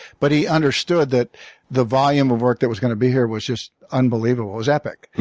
but he understood that the volume of work that was going to be here was just unbelievable it was epic.